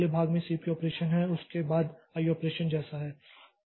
अगले भाग में सीपीयू ऑपरेशन है उसके बाद आईओ ऑपरेशन जैसा है